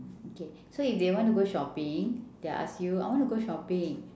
okay so if they want to go shopping they ask you I want to go shopping